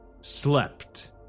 slept